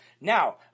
Now